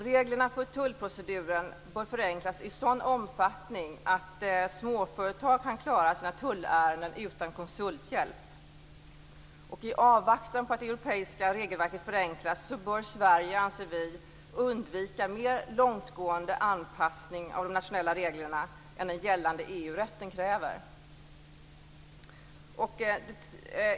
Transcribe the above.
Reglerna för tullproceduren bör förenklas i sådan omfattning att småföretag kan klara sina tullärenden utan konsulthjälp. I avvaktan på att det europeiska regelverket förenklas anser vi att Sverige bör undvika mer långtgående anpassning av de nationella reglerna än den gällande EU-rätten kräver.